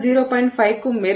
5 க்கும் மேற்பட்டவர்கள் 0